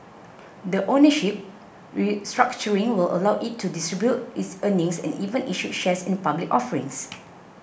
the ownership restructuring will allow it to distribute its earnings and even issue shares in public offerings